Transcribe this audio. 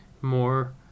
more